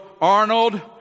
Arnold